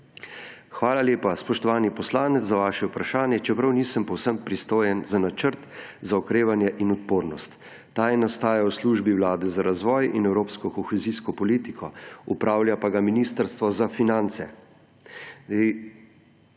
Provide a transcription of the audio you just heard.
»Hvala lepa, spoštovani poslanec, za vaše vprašanje. Čeprav nisem povsem pristojen za Načrt za okrevanje in odpornost, ta je nastajal v Službi Vlade za razvoj in evropsko kohezijsko politiko, upravlja pa ga Ministrstvo za finance.«